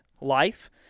life